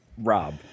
Rob